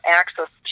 access